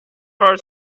heart